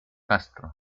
castro